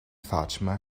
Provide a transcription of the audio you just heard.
fatima